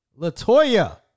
Latoya